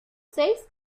seis